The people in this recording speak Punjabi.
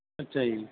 ਅੱਛਾ ਜੀ